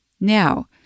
Now